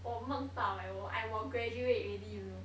我梦到 eh 我 I 我 graduate already you know